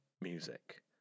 music